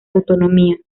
autonomía